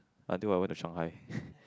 but dude I went to Shanghai